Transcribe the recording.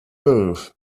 move